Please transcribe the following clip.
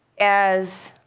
as